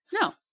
No